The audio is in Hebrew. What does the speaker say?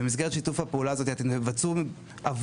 במסגרת שיתוף הפעולה הזאת אתם תבצעו עבורו